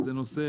זה נושא